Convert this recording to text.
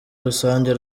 rusange